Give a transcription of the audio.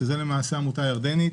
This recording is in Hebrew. שהיא עמותה ירדנית